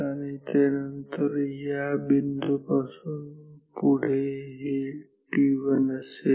आणि त्यानंतर या बिंदूपासून पुढे हे t1 असेल